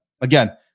again